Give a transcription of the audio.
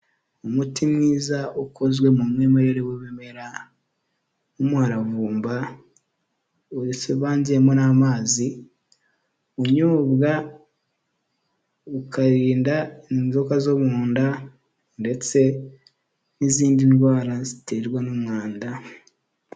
Umuti mwiza ukozwe mu mwimerere w'ibimera nk'umuharavumba wivanzemo n'amazi, unyobwa ukarinda inzoka zo mu nda ndetse n'izindi ndwara ziterwa n'umwanda.